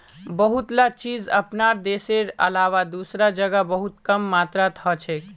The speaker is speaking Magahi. बहुतला चीज अपनार देशेर अलावा दूसरा जगह बहुत कम मात्रात हछेक